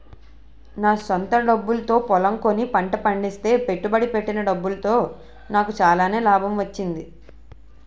నా స్వంత డబ్బుతో పొలం కొని పంట పండిస్తే పెట్టుబడి పెట్టిన డబ్బులో నాకు చాలానే లాభం వచ్చింది